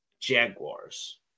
Jaguars